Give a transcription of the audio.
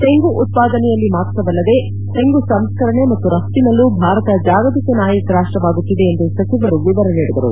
ತೆಂಗು ಉತ್ವಾದನೆಯಲ್ಲಿ ಮಾತ್ರವಲ್ಲದೆ ತೆಂಗು ಸಂಸ್ಕರಣೆ ಮತ್ತು ರಫ್ತಿನಲ್ಲೂ ಭಾರತ ಜಾಗತಿಕ ನಾಯಕ ರಾಷ್ಟವಾಗುತ್ತಿದೆ ಎಂದು ಸಚಿವರು ವಿವರ ನೀಡಿದ್ದಾರೆ